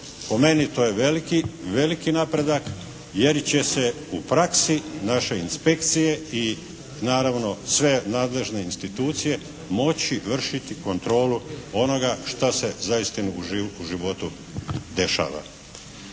Po meni to je veliki napredak, jer će se u praksi naše inspekcije i naravno sve nadležne institucije moći vršiti kontrolu onoga šta se zaistinu u životu dešava.